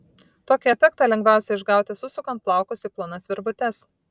tokį efektą lengviausia išgauti susukant plaukus į plonas virvutes